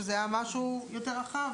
שזה היה משהו יותר רחב,